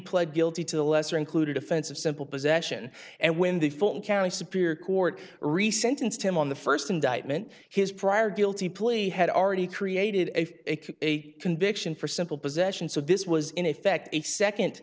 pled guilty to a lesser included offense of simple possession and when the fulton county superior court re sentenced him on the first indictment his prior guilty plea had already created a conviction for simple possession so this was in effect a second